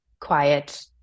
quiet